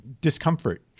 discomfort